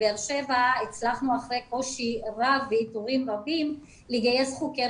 בבאר שבע הצלחנו אחרי קושי רב ואיתורים רבים לגייס חוקר